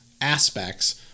aspects